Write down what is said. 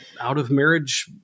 Out-of-marriage